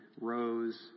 rose